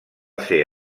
ser